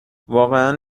واقعا